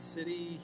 City